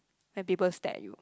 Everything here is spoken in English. have people stare at you